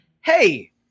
hey